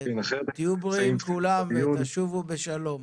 תהיו בריאים כולם ותשובו בשלום.